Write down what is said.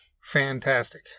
fantastic